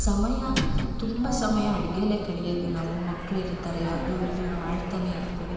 ಸಮಯ ತುಂಬ ಸಮಯ ಅಡಿಗೆಲೇ ಕಳೆಯೋದು ನಾವು ಮಕ್ಳು ಇರ್ತಾರೆ ಅದು ಇದು ಮಾಡ್ತಾನೆಯಿರ್ತೀವಿ